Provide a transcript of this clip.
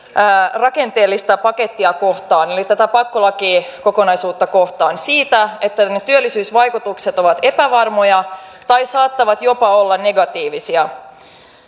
rakenteellista pakettia eli tätä pakkolakikokonaisuutta kohtaan siitä että työllisyysvaikutukset ovat epävarmoja tai saattavat jopa olla negatiivisia